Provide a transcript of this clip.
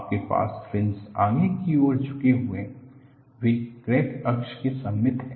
आपके पास फ्रिंज आगे की ओर झुके हुए हैं वे क्रैक अक्ष के सममित हैं